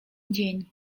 dzień